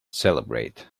celebrate